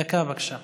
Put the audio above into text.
דקה, בבקשה.